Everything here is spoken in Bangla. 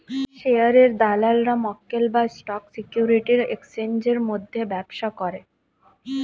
শেয়ারের দালালরা মক্কেল বা স্টক সিকিউরিটির এক্সচেঞ্জের মধ্যে ব্যবসা করে